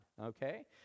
okay